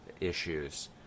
issues